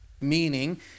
meaning